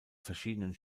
verschiedenen